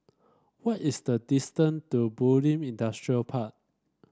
what is the distance to Bulim Industrial Park